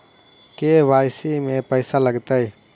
KYC में पैसा लगतै?